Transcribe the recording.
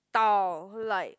style like